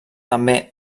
també